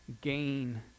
gain